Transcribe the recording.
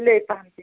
سُلے پہنَتھ ییٖزِ